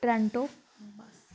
Toronto